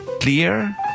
clear